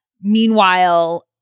Meanwhile